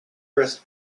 pressed